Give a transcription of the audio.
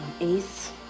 Ace